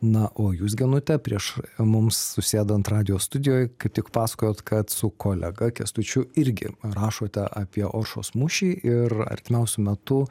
na o jūs genute prieš mums susėdant radijo studijoj kaip tik pasakojot kad su kolega kęstučiu irgi rašote apie oršos mūšį ir artimiausiu metu